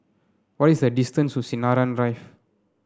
what is the distance to Sinaran Drive